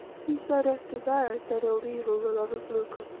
since thou dost desire it, that old evil, the love of lucre,